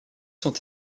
sont